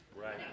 Right